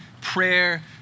prayer